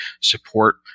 support